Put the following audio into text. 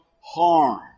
harm